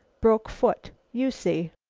broke foot. you see.